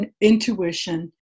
intuition